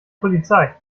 polizei